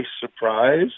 surprise